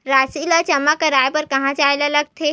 राशि ला जमा करवाय बर कहां जाए ला लगथे